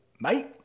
Mate